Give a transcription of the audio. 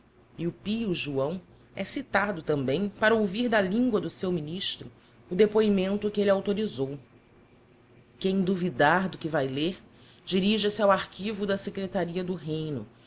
e o pio joão é citado tambem para ouvir da lingua do seu ministro o depoimento que elle authorisou quem duvidar do que vai lêr dirija-se ao archivo da secretaria do reino